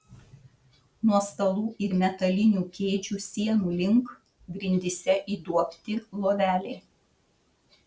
nuo stalų ir metalinių kėdžių sienų link grindyse įduobti loveliai